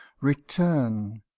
return